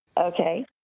Okay